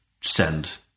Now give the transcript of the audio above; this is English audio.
send